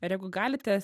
ir jeigu galite